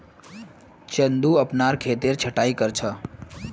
चंदू अपनार खेतेर छटायी कर छ